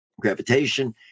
gravitation